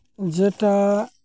ᱡᱮᱴᱟ